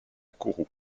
kourou